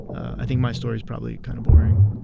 i think my story is probably kind of boring.